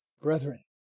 brethren